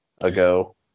Ago